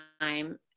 time